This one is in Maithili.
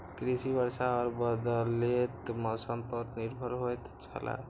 कृषि वर्षा और बदलेत मौसम पर निर्भर होयत छला